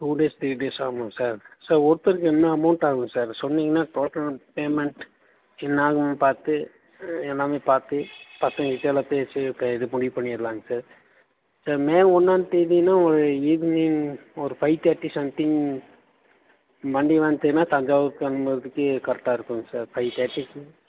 two days three days ஆகுமா sir sir ஒருத்தருக்கு என்ன அமௌண்ட் ஆகும் சார் சொன்னீங்கன்னா டோட்டல் பேமெண்ட் என்ன ஆகுணு பார்த்து எல்லாமே பார்த்து பசங்க கிட்டலாம் பேசி இ இது முடிவு பண்ணரலாங்க சார் சார் மே ஒன்றா தேதினா ஒரு ஈவினிங் ஒரு ஃபைவ் தேர்ட்டி சம்திங் வண்டி வந்துச்சுனா தஞ்சாவூக்கு போதுக்கு கரெக்டாக இருக்குங்க சார் ஃபைவ் தேர்ட்டிக்கு